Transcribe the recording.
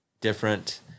different